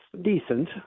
decent